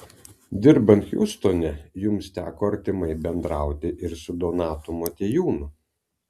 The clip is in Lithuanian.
dirbant hjustone jums teko artimai bendrauti ir su donatu motiejūnu